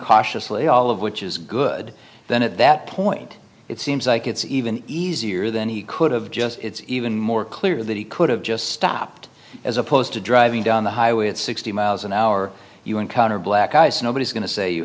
cautiously all of which is good then at that point it seems like it's even easier than he could have just it's even more clear that he could have just stopped as opposed to driving down the highway at sixty miles an hour you encounter black ice nobody's going to say you